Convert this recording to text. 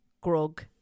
grog